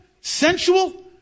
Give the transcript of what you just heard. sensual